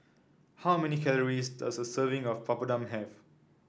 how many calories does a serving of Papadum have